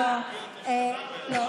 לא, לא.